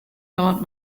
dauert